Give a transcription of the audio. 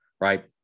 right